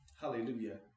Hallelujah